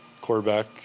quarterback